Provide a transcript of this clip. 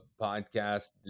podcast